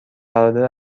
برادر